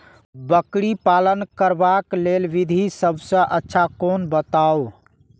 बकरी पालन करबाक लेल विधि सबसँ अच्छा कोन बताउ?